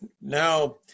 now